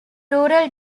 rural